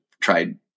tried